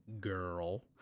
girl